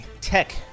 tech